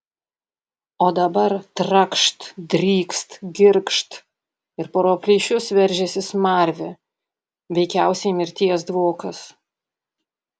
o dabar trakšt drykst girgžt ir pro plyšius veržiasi smarvė veikiausiai mirties dvokas